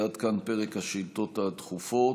עד כאן פרק השאילתות הדחופות.